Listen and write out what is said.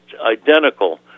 identical